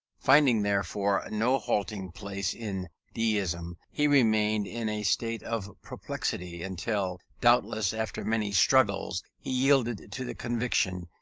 finding, therefore, no halting place in deism, he remained in a state of perplexity, until, doubtless after many struggles, he yielded to the conviction,